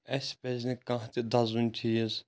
اسہِ پَزِ نہٕ کانٛہہ تہِ دَزوُن چیٖز